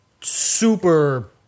super